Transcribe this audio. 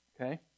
Okay